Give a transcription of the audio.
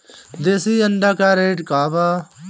देशी अंडा का रेट बा?